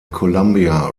columbia